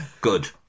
good